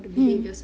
mm